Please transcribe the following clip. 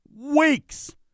Weeks